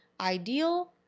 ideal